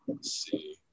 see